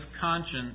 conscience